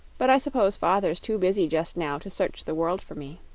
but i suppose father's too busy just now to search the world for me.